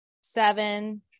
seven